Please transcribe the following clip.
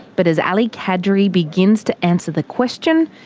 but as ali kadri begins to answer the question,